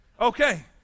Okay